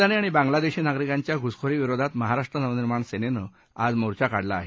पाकिस्तानी आणि बांगलादेशी नागरिकांच्या घुसखोरी विरोधात महाराष्ट्र नवनिर्माण सेनेनं आज मोर्चा काढला आहे